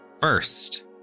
first